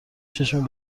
چشم